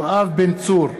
יואב בן צור,